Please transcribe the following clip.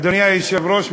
אדוני היושב-ראש,